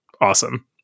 Awesome